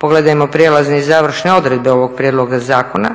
pogledajmo prijelazne i završne odredbe ovog prijedloga zakona,